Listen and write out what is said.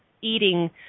eating